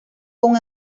con